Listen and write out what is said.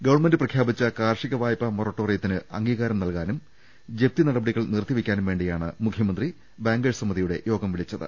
government പ്രഖ്യാപിച്ച കാർഷിക വായ്പാ മൊറ ട്ടോറിയത്തിന് അംഗീകാരം നൽകാനും ജപ്തി നടപടികൾ നിർത്തിവെയ്ക്കാനും വേണ്ടിയാണ് മുഖ്യമന്ത്രി ബാങ്കേഴ്സ് സമി തിയുടെ യോഗം വിളിച്ചത്